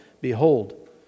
behold